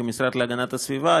כמשרד להגנת הסביבה,